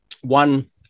one